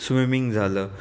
swimming झालं